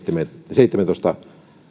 seitsemäätoista